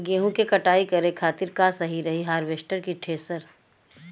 गेहूँ के कटाई करे खातिर का सही रही हार्वेस्टर की थ्रेशर?